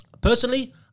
personally